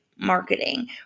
marketing